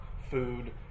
food